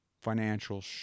financial